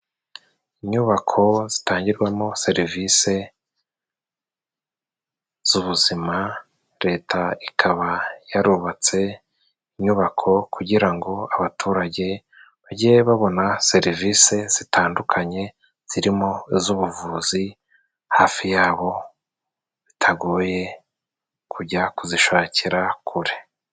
Inyubako zitangirwamo serivisi z'ubuzima leta ikaba yarubatse ,inyubako kugira ngo abaturage bajye babona serivisi zitandukanye, zirimo z'ubuvuzi hafi yabo bitagoye kujya kuzishakira kure.